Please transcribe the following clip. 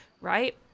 right